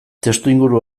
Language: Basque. testuinguru